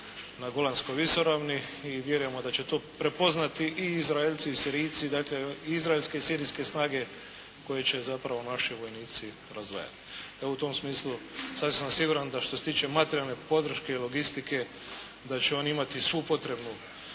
na Golanskoj visoravni. I vjerujemo da će to prepoznati i Izraelci i Sirijci, dakle i izraelske i sirijske snage koje će zapravo naši vojnici razdvajati. Evo u tom smislu sasvim sam siguran da što se tiče materijalne podrške i logistike da će oni imati svu potrebnu